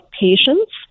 patients